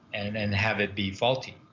and then have it be faulty?